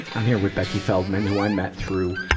i'm here with becky feldman, who i met through,